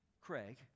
Craig